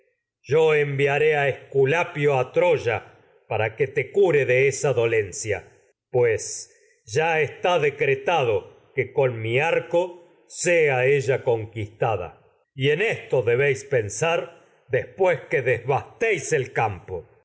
yo de esa enviaré esculapio a troya ya para que cure dolencia pues ella está decretado que en en con mi arco sea conquistada y el esto ser debéis pensar después con que devastéis campo